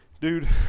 Dude